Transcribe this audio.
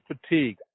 fatigue